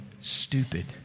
stupid